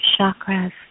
chakras